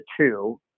two